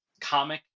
comic